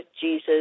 Jesus